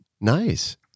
Nice